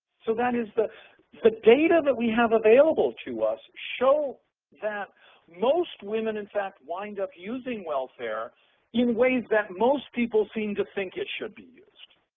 so that is the the data that we have available to us show that most women, in fact, wind up using welfare in ways that most people seem to think it should be used.